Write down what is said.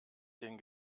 den